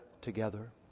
together